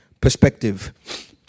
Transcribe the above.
perspective